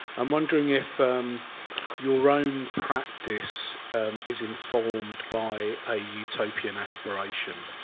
i'm wondering if your own practice is informed by a utopian aspiration.